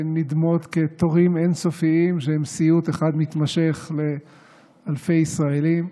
שנדמות כתורים אין-סופיים שהם סיוט אחד מתמשך לאלפי ישראלים.